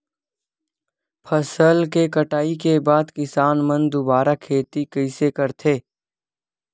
फसल के कटाई के बाद किसान मन दुबारा खेती कइसे करथे?